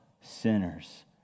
sinners